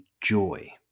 joy